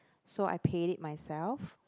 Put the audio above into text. so I paid it myself